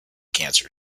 cancer